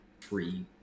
free